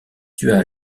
tua